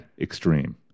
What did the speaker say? extreme